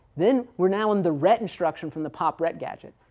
then we're now in the ret instruction from the pop ret gadget.